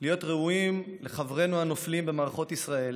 להיות ראויים לחברינו הנופלים במערכות ישראל